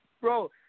Bro